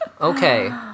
Okay